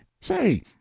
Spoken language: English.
Say